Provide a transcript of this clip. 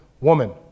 woman